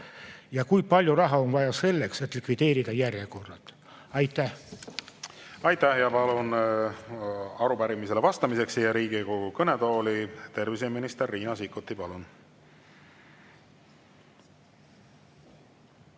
Kui palju raha on vaja selleks, et likvideerida järjekorrad? Aitäh! Aitäh! Palun arupärimisele vastamiseks siia Riigikogu kõnetooli terviseminister Riina Sikkuti. Palun!